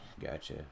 Gotcha